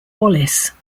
wallace